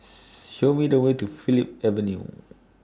Show Me The Way to Philip Avenue